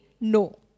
No